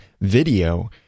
video